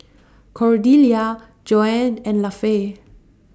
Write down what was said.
Cordelia Joann and Lafe